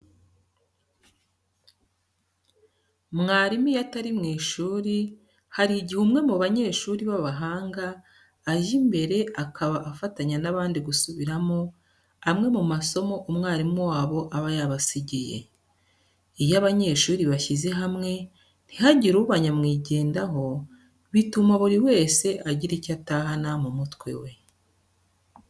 Mwarimu iyo atari mu ishuri, hari igihe umwe mu banyeshuri b'abahanga ajya imbere akaba afatanya n'abandi gusubiramo amwe mu masomo umwarimu wabo aba yabasigiye. Iyo abanyeshuri bashyize hamwe ntihagire uba nyamwigendaho, bituma buri wese agira icyo atahana mu mutwe we.